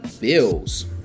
bills